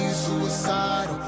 suicidal